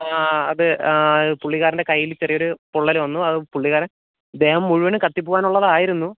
ആ അത് ആ പുള്ളിക്കാരൻ്റെ കയ്യിൽ ചെറിയൊരു പൊള്ളല് വന്നു അത് പുള്ളിക്കാരൻ ദേഹം മുഴുവനും കത്തി പോവാനുള്ളത് ആയിരുന്നു